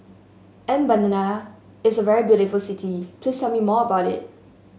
Mbabana is a very beautiful city please tell me more about it